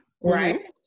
right